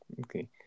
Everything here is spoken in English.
Okay